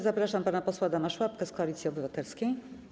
Zapraszam pana posła Adama Szłapkę z Koalicji Obywatelskiej.